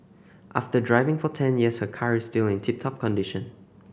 after driving for ten years her car is still in tip top condition